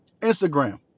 Instagram